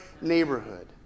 neighborhood